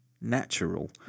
Natural